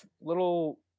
little